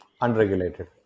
Unregulated